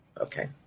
Okay